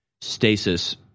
stasis